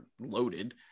loaded